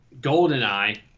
Goldeneye